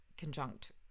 conjunct